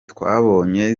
twabonye